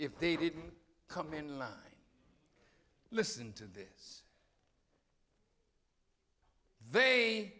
if they didn't come in line listen to this they